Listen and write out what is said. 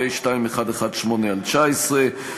פ/2118/19,